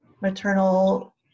maternal